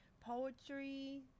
poetry